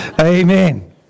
Amen